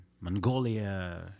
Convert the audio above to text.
mongolia